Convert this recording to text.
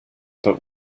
but